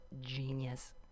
genius